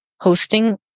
hosting